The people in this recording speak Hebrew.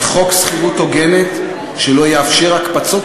את חוק שכירות הוגנת שלא יאפשר הקפצות